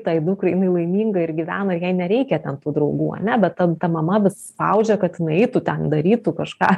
tai dukrai jinai laiminga ir gyvena jai nereikia ten tų draugų ane bet ta ta mama vis spaudžia kad inai eitų ten darytų kažką